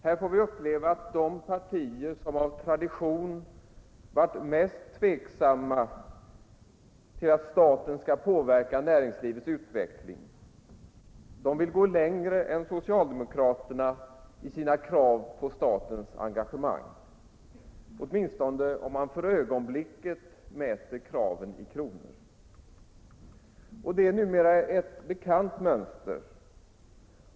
Här får vi uppleva att de partier som av tradition varit mest tveksamma till att staten skall påverka näringslivets utveckling går längre än socialdemokraterna i sina krav på statens engagemang, åtminstone om man för ögonblicket mäter kraven i kronor. Det är numera ett bekant mönster.